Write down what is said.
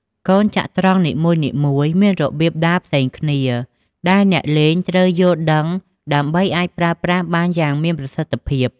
កូនចត្រង្គនីមួយៗមានរបៀបដើរផ្សេងគ្នា ដែលអ្នកលេងត្រូវយល់ដឹងដើម្បីអាចប្រើប្រាស់បានយ៉ាងមានប្រសិទ្ធភាព។